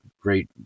great